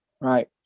right